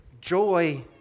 joy